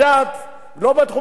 לא בתחום התעסוקה,